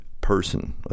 person